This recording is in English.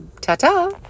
Ta-ta